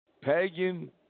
pagan